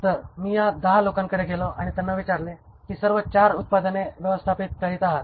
तर मी या 10 लोकांकडे गेलो आणि त्यांना विचारले की आपण सर्व 4 उत्पादने व्यवस्थापित करीत आहात